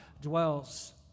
dwells